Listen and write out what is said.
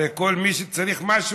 הרי כל מי שצריך משהו: